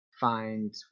find